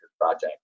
project